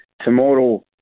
Tomorrow